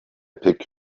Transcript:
pick